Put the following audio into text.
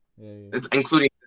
Including